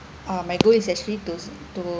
uh my goal is actually to to